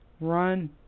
run